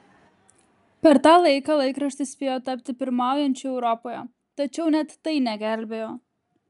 per tą laiką laikraštis spėjo tapti pirmaujančiu europoje tačiau net tai negelbėjo